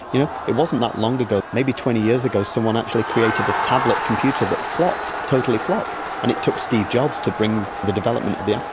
you know, it wasn't that long ago, maybe twenty years ago someone actually created a tablet computer that totally flopped, and it took steve jobs to bring the development of the